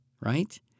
right